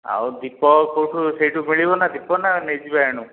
ଆଉ ଦୀପ କେଉଁଠୁ ସେହିଠୁ ମିଳିବ ନା ଦୀପ ନା ନେଇଯିବା ଏଣୁ